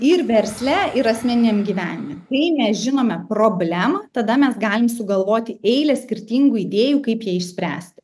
ir versle ir asmeniniam gyvenime jei mes žinome problemą tada mes galim sugalvoti eilę skirtingų idėjų kaip ją išspręsti